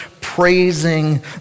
praising